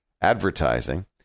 advertising